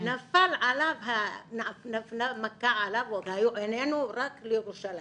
נפלה עליו מכה, היו עינינו רק לירושלים,